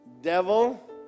Devil